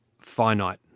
finite